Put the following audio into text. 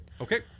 okay